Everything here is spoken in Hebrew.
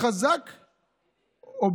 בזכות השר חמד עמאר,